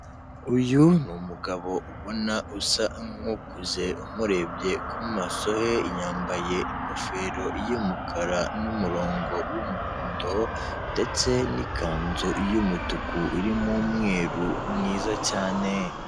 Uyu ni umugabo ubona usa nkukuze umurebye ku maso he yambaye ingofero y'umukara n'umurongo w'umuhondo ndetse n'ikanzu y'umutuku irimo umweru mwiza cyane!